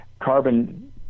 carbon